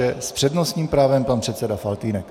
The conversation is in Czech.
S přednostním právem pan předseda Faltýnek.